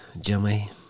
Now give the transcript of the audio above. Jimmy